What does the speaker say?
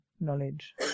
knowledge